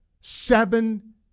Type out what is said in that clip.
seven